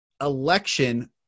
election